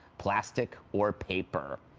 plastic or paper.